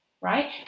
right